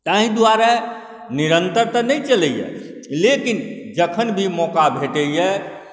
ताहि दुआरे निरन्तर तऽ नहि चलैए लेकिन जखन भी मौका भेटैए